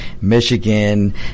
Michigan